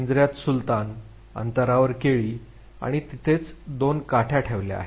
पिंजऱ्यात सुलतान अंतरावर केळी आणि तिथेच दोन काठ्या ठेवल्या आहेत